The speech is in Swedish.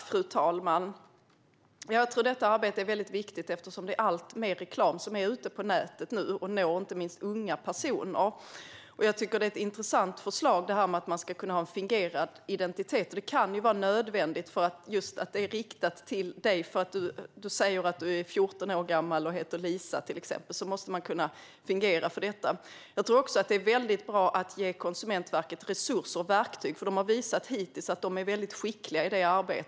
Fru talman! Jag tror att detta arbete är väldigt viktigt eftersom det är alltmer reklam ute på nätet nu, och det når inte minst unga personer. Jag tycker att det är ett intressant förslag att man ska kunna använda en fingerad identitet. Det kan vara nödvändigt eftersom reklamen är riktad just till individen. Säg att du är 14 år gammal och heter Lisa, till exempel; det måste man kunna fingera. Jag tror också att det är bra att ge Konsumentverket resurser och verktyg, för de har visat hittills att de är väldigt skickliga i detta arbete.